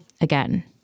again